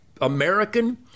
American